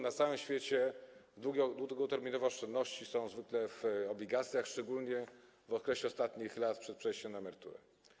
Na całym świecie długoterminowe oszczędności są zwykle w obligacjach, szczególnie w okresie ostatnich lat przed przejściem na emeryturę.